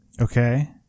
okay